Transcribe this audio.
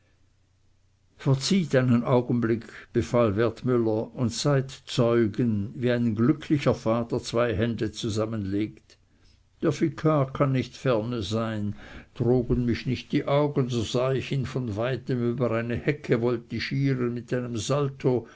verzicht einen augenblick befahl wertmüller und seid zeugen wie ein glücklicher vater zwei hände zusammenlegt der vikar kann nicht ferne sein trogen mich nicht die augen so sah ich ihn von weitem über eine hecke voltigieren mit einem salto